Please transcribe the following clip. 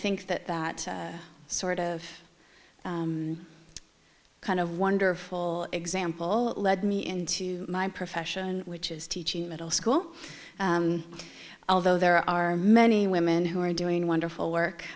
think that that sort of kind of wonderful example lead me into my profession which is teaching middle school although there are many women who are doing wonderful work